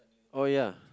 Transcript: oh ya